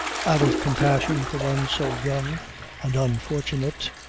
out of compassion for one so young and unfortunate,